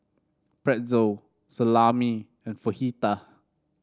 Pretzel Salami and Fajitas